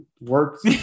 works